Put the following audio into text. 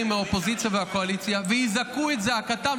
מהאופוזיציה ומהקואליציה ויזעקו את זעקתם,